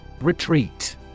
Retreat